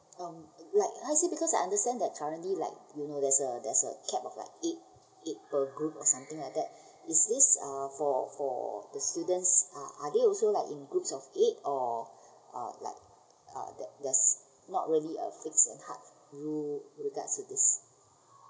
um like how to say because I understand that currently like you know there's a there's a capped of the eight eight per group or something like that is this uh for for the students uh are they also like in groups of eight or uh like uh there there's not really a fixed and hard rules rule that to this